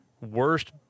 worst